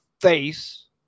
face